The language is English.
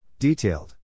Detailed